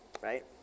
right